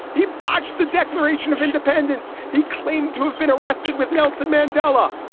he botched the declaration of independence. he claimed to been arrested with nelson mandela